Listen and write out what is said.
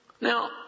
Now